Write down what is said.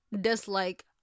dislike